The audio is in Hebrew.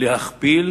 להכפיל